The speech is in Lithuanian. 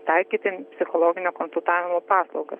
taikyti psichologinio konsultavimo paslaugas